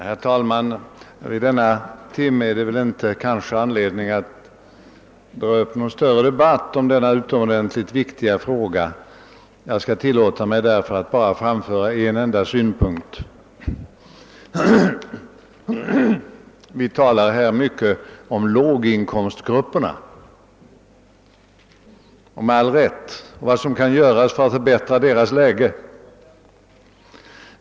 Herr talman! Vid denna sena timme är det kanske inte anledning att dra upp någon större debatt om den utomordentligt viktiga fråga det här gäller. Jag skall därför tillåta mig att bara framföra en enda synpunkt. Vi talar här mycket och med all rätt om vad som kan göras för att förbättra låginkomstgruppernas situation.